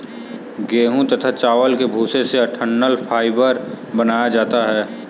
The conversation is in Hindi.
गेहूं तथा चावल के भूसे से डठंल फाइबर बनाया जाता है